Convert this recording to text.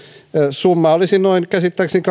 summa olisi käsittääkseni